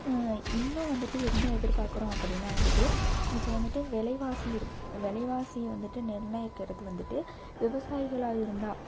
இன்னும் வந்துட்டு என்ன எதிர்பாக்கிறோம் அப்படின்னா வந்துட்டு இப்போது வந்துட்டு விலைவாசி இருக்கு விலைவாசி வந்துட்டு நிர்ணயிக்கிறது வந்துட்டு விவசாயிகளாக இருந்தால்